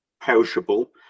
perishable